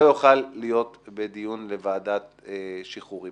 לא יוכל להיות בדיון בוועדת שחרורים?